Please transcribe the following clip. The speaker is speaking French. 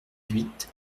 huit